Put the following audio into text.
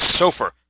Sofer